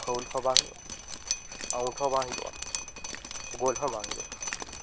ᱯᱷᱟᱣᱩᱞ ᱦᱚᱸ ᱵᱟᱝ ᱦᱩᱭᱩᱜᱼᱟ ᱟᱣᱩᱴ ᱦᱚᱸ ᱵᱟᱝ ᱦᱩᱭᱩᱜᱼᱟ ᱜᱳᱞ ᱦᱚᱸ ᱵᱟᱝ ᱦᱩᱭᱩᱜᱼᱟ